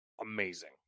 amazing